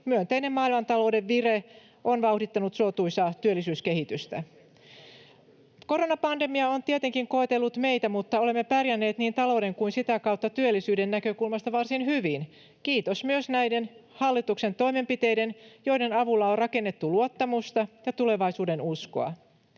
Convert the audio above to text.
myönteinen maailmantalouden vire on vauhdittanut suotuisaa työllisyyskehitystä. Koronapandemia on tietenkin koetellut meitä, mutta olemme pärjänneet niin talouden kuin sitä kautta työllisyyden näkökulmasta varsin hyvin, kiitos myös näiden hallituksen toimenpiteiden, joiden avulla on rakennettu luottamusta ja tulevaisuudenuskoa.